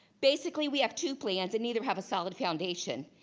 basically we have two plans and neither have a solid foundation.